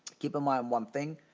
keep in mind one thing.